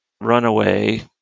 runaway